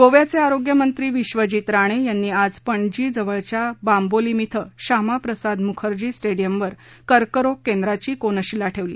गोव्याचे आरोग्य मंत्री विश्वजीत राणे यांनी आज पणजी जवळच्या बांबोलीम क्वें शामा प्रसाद मुखर्जी स्टेडियम वर ककरोग केंद्राची कोनशिला ठेवली